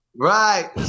Right